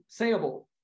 sayable